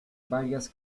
varias